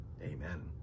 amen